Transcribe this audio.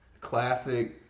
classic